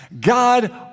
God